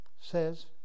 says